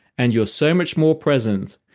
and you're so much more present.